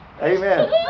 Amen